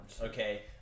okay